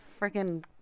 freaking